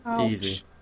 easy